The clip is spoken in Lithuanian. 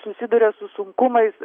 susiduria su sunkumais